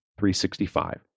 365